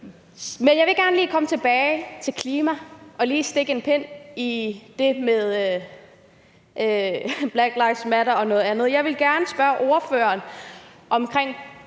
Men jeg vil gerne lige komme tilbage til klima og lige stikke en pind i det med Black Lives Matter og andet. Jeg vil gerne spørge ordføreren omkring